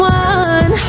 one